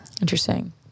Interesting